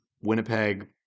Winnipeg